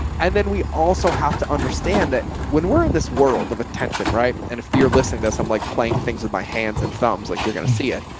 and then we also have to understand that when we're in this world of attention, right. and if you're listening to us, i'm like playing things with my hands and thumbs, like you're going to see it,